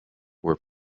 were